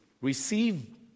Receive